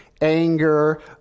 anger